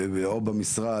או במשרד,